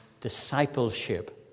discipleship